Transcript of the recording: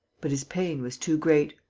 but his pain was too great.